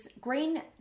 green